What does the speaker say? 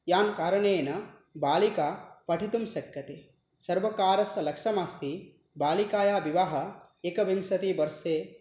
येन कारणेन बालिका पठितुं शक्यते सर्वकारस्य लक्ष्यमस्ति बालिकायाः विवाहः एकविंशतिवर्षे